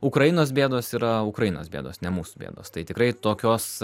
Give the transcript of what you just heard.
ukrainos bėdos yra ukrainos bėdos ne mūsų bėdos tai tikrai tokios